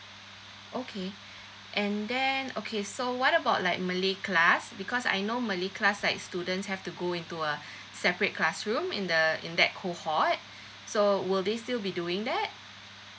okay and then okay so what about like malay class because I know malay class like students have to go into a separate classroom in the in that cohort so would they still be doing that